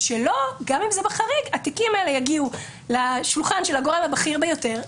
ושגם אם הם בחריג התיקים האלה יגיעו לשולחן של הגורם הבכיר ביותר,